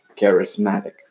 charismatic